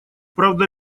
правда